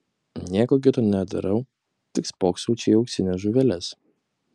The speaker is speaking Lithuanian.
nieko kito nedarau tik spoksau čia į auksines žuveles